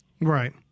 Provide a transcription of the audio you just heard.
Right